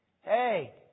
Hey